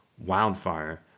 wildfire